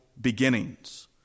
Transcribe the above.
beginnings